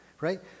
right